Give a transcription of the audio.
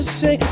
say